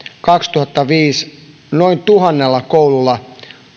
kaksituhattaviisi noin tuhannella koululla